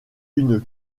une